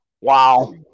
Wow